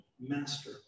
Master